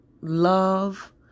love